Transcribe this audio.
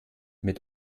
mit